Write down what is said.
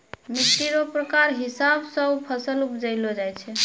मिट्टी रो प्रकार हिसाब से फसल उपजैलो जाय छै